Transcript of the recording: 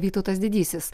vytautas didysis